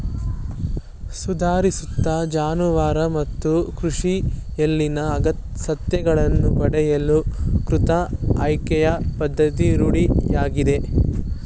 ಸುಧಾರಿತ ಜಾನುವಾರು ಮತ್ತು ಕೃಷಿಯಲ್ಲಿನ ಸಸ್ಯಗಳನ್ನು ಪಡೆಯಲು ಕೃತಕ ಆಯ್ಕೆಯ ಪದ್ಧತಿ ರೂಢಿಯಲ್ಲಿದೆ